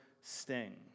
sting